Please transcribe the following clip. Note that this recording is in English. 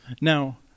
Now